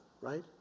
right